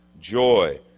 joy